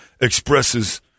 expresses